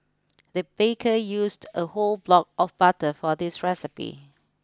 the baker used a whole block of butter for this recipe